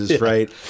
right